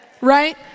right